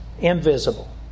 invisible